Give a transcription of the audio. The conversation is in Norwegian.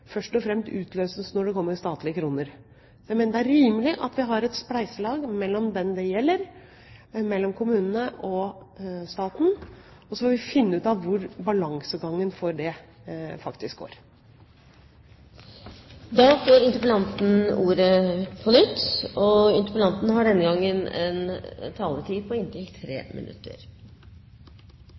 først og fremst utløses når det kommer statlige kroner. Jeg mener det er rimelig at vi har et spleiselag mellom dem det gjelder – mellom kommunene og staten – og så får vi finne ut av hvor balansegangen for dette går. Jeg hører at statsråden deler mine og